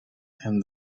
and